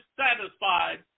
satisfied